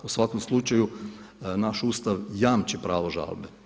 U svakom slučaju naš Ustav jamči pravo žalbe.